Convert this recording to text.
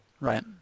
Right